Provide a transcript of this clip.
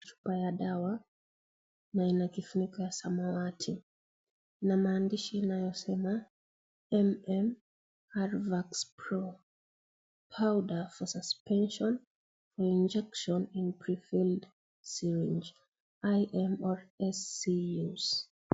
Chupa ya dawa na ina kifuniko ya samawati , ina maandishi inayosema M-M-RvaxPro powder for suspension for injection in pre filled syringe IM or SC use .